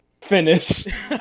finish